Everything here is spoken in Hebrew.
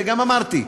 וגם אמרתי,